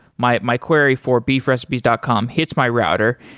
my my query for beefrecipes dot com hits my router,